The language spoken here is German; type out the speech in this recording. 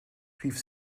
rief